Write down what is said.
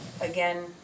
again